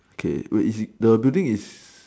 okay wait the building is